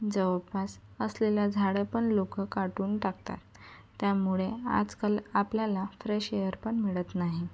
जवळपास असलेला झाडंपण लोकं काढून टाकतात त्यामुळे आजकाल आपल्याला फ्रेश एअरपण मिळत नाही